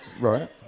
right